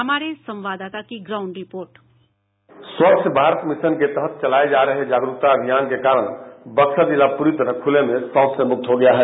हमारे संवाददाता की ground report Swachh Bharat mission के तहत चलाए जा रहे जागरूकता अभियान के कारण जिला पूरी तरह खुले में शौच से मुक्त हो गया है